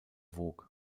vogue